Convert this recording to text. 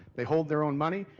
they hold their own money,